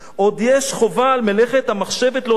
"עוד יש חובה על מלאכת המחשבת להוציאו",